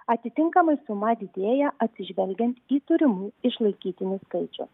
atitinkamai suma didėja atsižvelgiant į turimų išlaikytinių skaičių